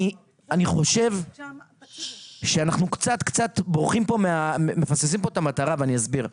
אני חושב שאנחנו קצת קצת מפספסים פה את המטרה ואני אסביר.